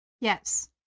yes